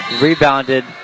Rebounded